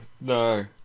No